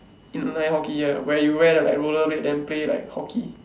inline hockey ya where you wear like the roller blade then play like hockey